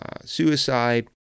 suicide